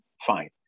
Fine